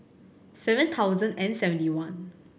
seven thousand and seventy one